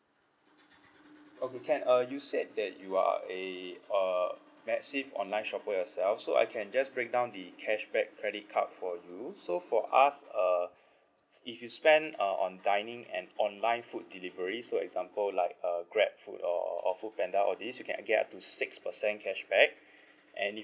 okay can uh you said that you are a uh massive online shopper yourself so I can just break down the cashback credit card for you so for us uh if you spend uh on dining and online food delivery so example like uh grab food or or food panda all this you can get up to six percent cashback and if